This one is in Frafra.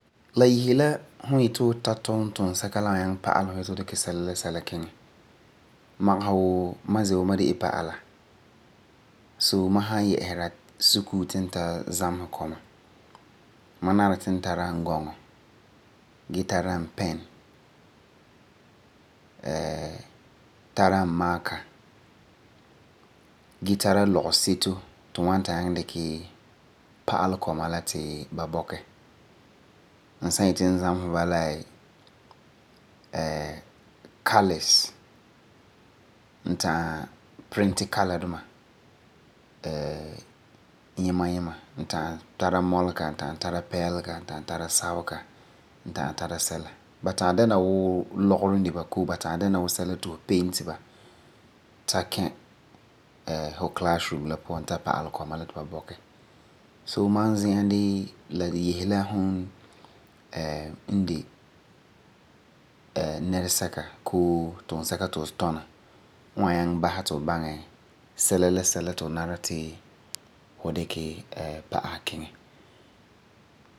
La yese la fu yeti fu ta tum tunsɛka la n wan nyaŋɛ pa'alɛ fu yeti fu dikɛ sɛla la sɛla kiŋɛ. Magesɛ wuu ma ze wa ma de la pa'ala, so ma san yɛ'ɛsera sukuu ti n ta zamesɛ kɔma ma nari ti n tara la n gɔŋɔ, dee tara pen, tara n marker gee tara lɔgeseto ti n wa ta nyaŋɛ dikɛ pa'alɛ kɔma la ti ba bɔkɛ. N san yeti n zamesɛ ba la colors n ta'am print colour duma yima yima n ta'am tara mɔlega, n ta'am tara pɛɛlega. Koo tunsɛka ti fu tuna n wan nyaŋɛ tu fu baŋɛ sɛla la sɛla ti fu nari fu dikɛ pa'asɛ kiŋɛ.